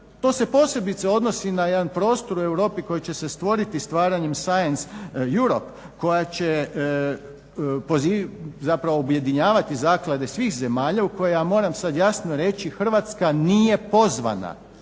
To se posebice odnosi na jedan prostor u Europi koji će se stvoriti stvaranjem science Europe koja će zapravo objedinjavati zaklade svih zemalja u koje ja moram sad jasno reći Hrvatska nije pozvana.